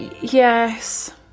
yes